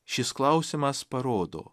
šis klausimas parodo